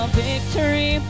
victory